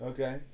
Okay